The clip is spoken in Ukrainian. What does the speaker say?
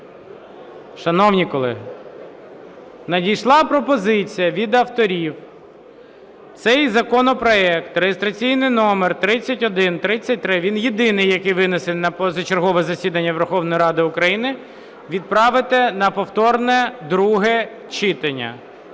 Шановні колеги! Надійшла пропозиція від авторів цей законопроект реєстраційний номер 3133, він єдиний, який винесений на позачергове засідання Верховної Ради України, відправити на повторне друге читання…